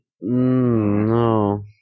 No